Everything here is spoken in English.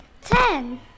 ten